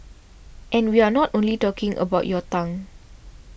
and we are not only talking about your tongue